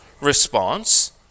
response